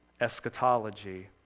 eschatology